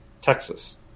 Texas